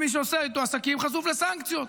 ומי שעושה איתו עסקים חשוף לסנקציות.